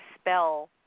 spell